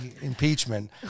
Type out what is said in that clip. impeachment